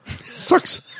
Sucks